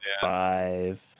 five